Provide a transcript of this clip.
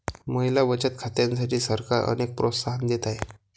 महिला बचत खात्यांसाठी सरकार अनेक प्रोत्साहन देत आहे